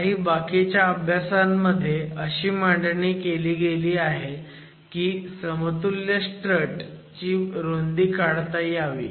काही बाकीच्या अभ्यासामध्ये अशी मांडणी केली गेली आहे की समतुल्य स्ट्रट ची रुंदी काढता यावी